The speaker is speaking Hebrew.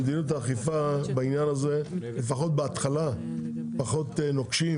במדיניות האכיפה לפחות בהתחלה פחות נוקשים,